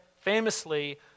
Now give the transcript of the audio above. famously